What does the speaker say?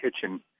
kitchen